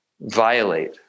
violate